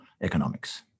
economics